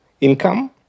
income